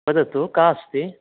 वदतु का अस्ति